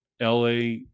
LA